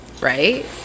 Right